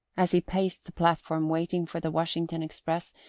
as he paced the platform, waiting for the washington express,